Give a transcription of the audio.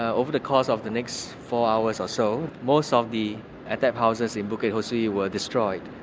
over the course of the next four hours or so, most ah of the attap houses in bukit ho swee were destroyed.